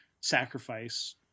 sacrifice